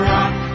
Rock